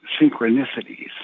synchronicities